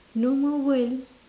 normal world